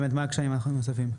מה הקשיים הנוספים?